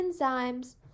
enzymes